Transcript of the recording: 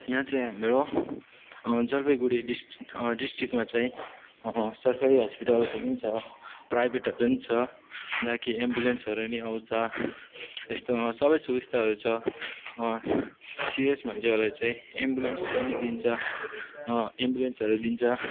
यहाँ चाहिँ हाम्रो जलपाइगुडी डिस्टि डिस्ट्रिक्टमा चाहिँ सरकारी हस्पिटालहरू नि छ प्राइभेटहरू नि छ जहाँ कि एम्बुलेन्सहरू नि आउँछ यस्तो सबै सुबिस्ताहरू छ सिरियस मान्छेहरूलाई चाहिँ एम्बुलेन्सहरू नि दिन्छ एम्बुलेन्सहरू दिन्छ